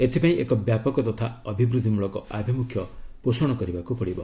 ଏଥିପାଇଁ ଏକ ବ୍ୟାପକ ତଥା ଅଭିବୃଦ୍ଧି ମୂଳକ ଆଭିମୁଖ୍ୟ ପୋଷଣ କରିବାକୁ ପଡିବ